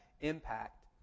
impact